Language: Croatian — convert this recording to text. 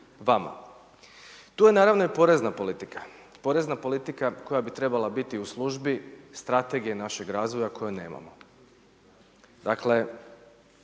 Tu je naravno i porezna politika, porezna politika koja bi trebala biti u službi strategije našeg razvoja kojeg nemamo. Dakle,